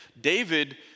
David